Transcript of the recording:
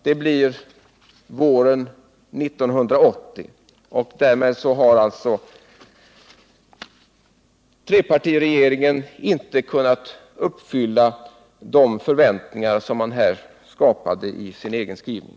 Det blir våren 1980, och därmed har alltså trepartiregeringen inte kunnat uppfylla de förväntningar som man här skapade i sin egen skrivning.